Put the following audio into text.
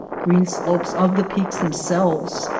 green slopes of the peaks themselves,